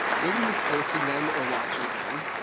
nobody was forcing them or watching them.